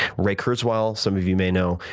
ray kurzweil, some of you may know,